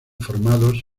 formados